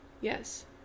Yes